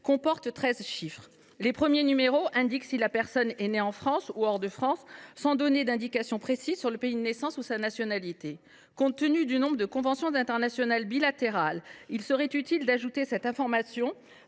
comporte treize chiffres. Les premiers numéros indiquent si la personne est née en France ou hors de France, sans donner plus de précision sur le pays de naissance ou la nationalité. Compte tenu du nombre de conventions internationales bilatérales, il serait utile d’ajouter une telle information